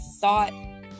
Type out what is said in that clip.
thought